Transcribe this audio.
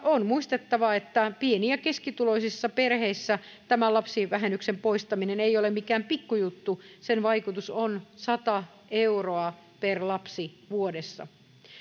on muistettava että pieni ja keskituloisissa perheissä tämä lapsivähennyksen poistaminen ei ole mikään pikkujuttu sen vaikutus on sata euroa per lapsi vuodessa